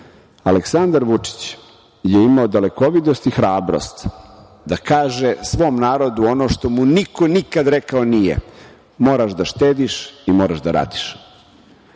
Vučić je imao dalekovidost i hrabrost da kaže svom narodu ono što mu niko nikad rekao nije – moraš da štediš i moraš da radiš.